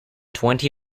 twenty